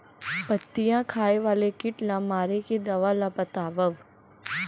पत्तियां खाए वाले किट ला मारे के दवा ला बतावव?